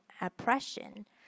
oppression